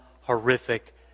horrific